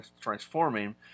transforming